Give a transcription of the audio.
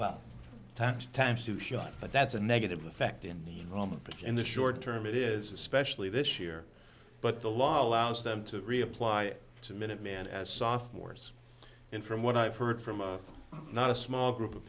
but that's a negative effect in the moment but in the short term it is especially this year but the law allows them to reapply to minutemen as sophomores in from what i've heard from not a small group of